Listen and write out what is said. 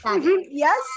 Yes